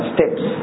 Steps